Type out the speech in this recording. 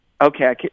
okay